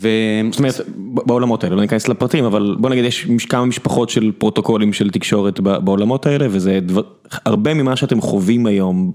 וזאת אומרת בעולמות האלה, לא ניכנס לפרטים, אבל בוא נגיד יש כמה משפחות של פרוטוקולים של תקשורת בעולמות האלה, וזה הרבה ממה שאתם חווים היום.